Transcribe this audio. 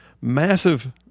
massive